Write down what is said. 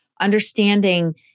Understanding